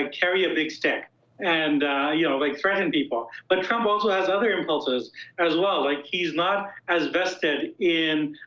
um carry a big stick and you know like threaten people, but trump also has other impulses as well. like he's not as vested in